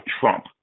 Trump